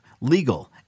legal